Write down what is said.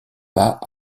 pas